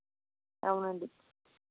అవునండి